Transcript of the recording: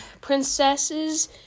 princesses